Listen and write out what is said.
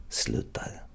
slutar